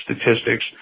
statistics